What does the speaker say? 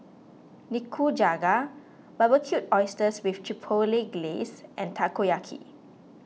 Nikujaga Barbecued Oysters with Chipotle Glaze and Takoyaki